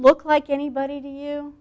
look like anybody to you